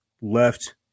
left